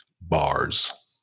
Bars